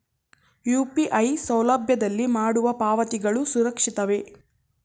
UPI ಸೌಲಭ್ಯದಲ್ಲಿ ಮಾಡುವ ಪಾವತಿಗಳು ಸುರಕ್ಷಿತವೇ?